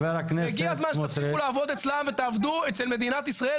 הגיע הזמן שתפסיקו לעבוד אצלם ותעבדו אצל מדינת ישראל,